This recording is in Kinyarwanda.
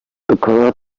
tukaba